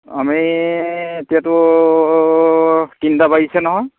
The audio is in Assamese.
আমি এতিয়াতো তিনিটা বাজিছে নহয়